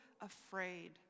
afraid